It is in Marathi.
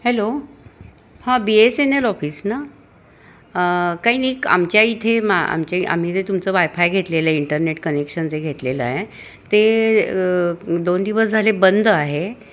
हॅलो हां B S N L office ना काही नाही एक आमच्या इथे मा आमच्या आम्ही जे तुमचं वायफाय घेतलेलं आहे इंटरनेट कनेक्शन जे घेतलेलं आहे ते दोन दिवस झाले बंद आहे